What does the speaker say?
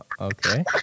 Okay